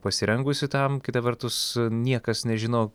pasirengusi tam kita vertus niekas nežino